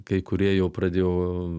kai kurie jau pradėjo